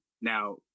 Now